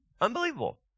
Unbelievable